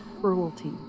cruelty